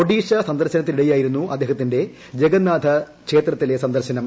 ഒഡിഷ സന്ദർശനത്തിനിടെയായിരുന്നു അദ്ദേഹത്തിന്റെ ജഗന്നാഥ ക്ഷേത്രത്തിലെ ദർശനം